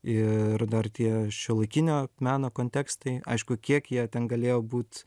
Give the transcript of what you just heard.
ir dar tie šiuolaikinio meno kontekstai aišku kiek jie ten galėjo būt